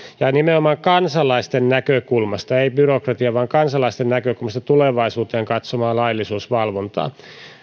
ja nimenomaan kansalaisten näkökulmasta ei byrokratian vaan kansalaisten näkökulmasta tulevaisuuteen katsovaa laillisuusvalvontaa